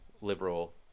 liberal